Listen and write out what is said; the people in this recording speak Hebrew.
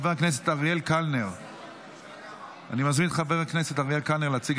עברה בקריאה ראשונה, ותעבור לוועדת הכלכלה.